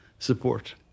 Support